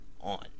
on